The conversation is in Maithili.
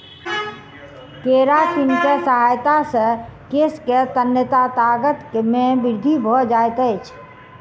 केरातिन के सहायता से केश के तन्यता ताकत मे वृद्धि भ जाइत अछि